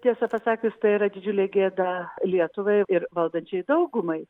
tiesą pasakius tai yra didžiulė gėda lietuvai ir valdančiajai daugumai